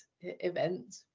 event